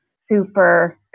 super